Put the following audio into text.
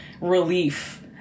relief